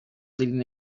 leading